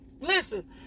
listen